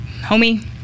homie